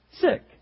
sick